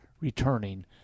returning